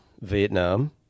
Vietnam